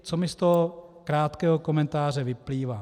Co mi z toho krátkého komentáře vyplývá?